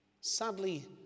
sadly